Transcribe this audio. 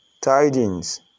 tidings